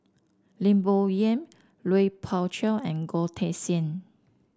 Lim Bo Yam Lui Pao Chuen and Goh Teck Sian